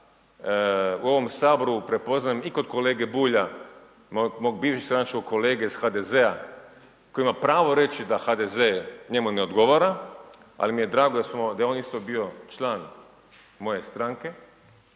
u ovom Saboru prepoznajem i kod kolege Bulja, mog bivšeg stranačkog kolege iz HDZ-a koji ima pravo reći da HDZ njemu ne odgovara ali mi je drago da je on isto bio član moje stranke